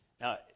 Now